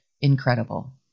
incredible